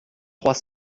trois